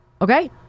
okay